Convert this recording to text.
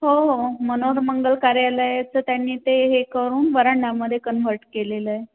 हो हो मनोहर मंगल कार्यालयाचं त्यांनी ते हे करून वरांडामध्ये कन्व्हर्ट केलेलं आहे